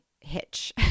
hitch